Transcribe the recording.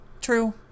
True